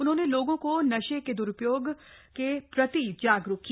उन्होंने लोगों को नशे के दुष्प्रभावों के प्रति जागरूक किया